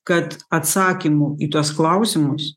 kad atsakymų į tuos klausimus